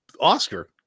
Oscar